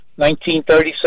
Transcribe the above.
1936